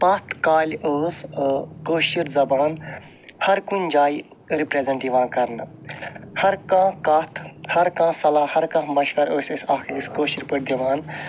پَتھ کالہٕ ٲسۍ کٲشٕر زَبان ہر کُنہ جایہِ رِپریٚزیٚنٹ یِوان کَرنہٕ ہر کانٛہہ کتھ یر کانٛہہ صَلاح ہر کانٛہہ مَشوَر ٲسۍ أسۍ اکھ أکِس کٲشِر پٲٹھۍ دِوان